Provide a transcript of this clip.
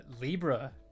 Libra